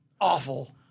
Awful